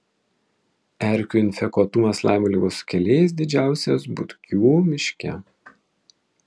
erkių infekuotumas laimo ligos sukėlėjais didžiausias butkių miške